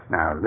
Now